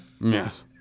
Yes